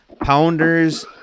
pounders